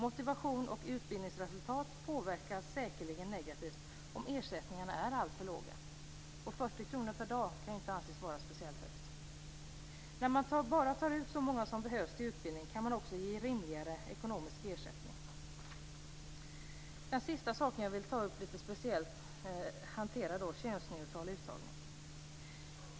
Motivation och utbildningsresultat påverkas säkerligen negativt om ersättningarna är alltför låga. 40 kr per dag kan ju inte anses vara speciellt mycket. När man bara tar ut så många som behövs till utbildningen kan man också ge rimligare ekonomisk ersättning. Den sista sak som jag vill ta upp litet speciellt handlar om könsneutral uttagning.